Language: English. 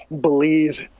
believe